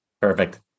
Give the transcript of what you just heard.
Perfect